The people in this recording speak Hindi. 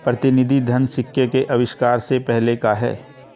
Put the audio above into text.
प्रतिनिधि धन सिक्के के आविष्कार से पहले का है